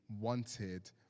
wanted